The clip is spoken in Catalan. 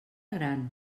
gran